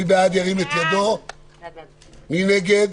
מי נגד?